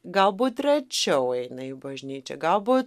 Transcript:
galbūt rečiau eina į bažnyčią galbūt